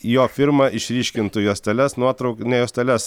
jo firma išryškintų juosteles nuotrau ne juosteles